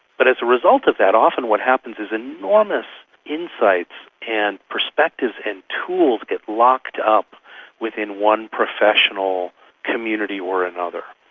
but as a result of that often what happens is enormous insights and perspectives and tools get locked up within one professional community or another,